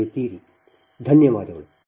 ಮತ್ತೆ ಧನ್ಯವಾದಗಳು